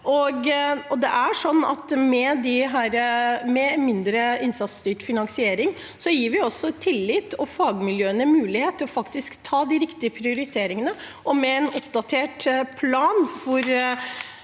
Med mindre innsatsstyrt finansiering gir vi også fagmiljøene tillit og mulighet til å ta de riktige prioriteringene. Med en oppdatert plan hvor